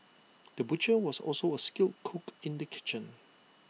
the butcher was also A skilled cook in the kitchen